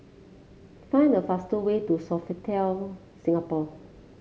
find the fastest way to Sofitel Singapore